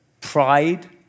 pride